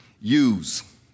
use